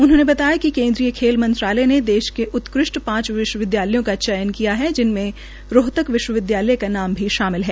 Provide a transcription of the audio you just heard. उन्होंने बताया कि केन्द्रीय खेल मंत्रालय ने देश के उत्कृष्ट पांच विश्वविद्यालयों का चयन किया है जिनमें रोहतक विश्वविद्याय का नाम शामिल है